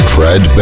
Fred